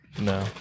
No